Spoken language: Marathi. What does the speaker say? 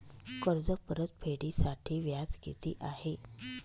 कर्ज परतफेडीसाठी व्याज किती आहे?